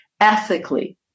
ethically